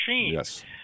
yes